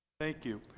thank you.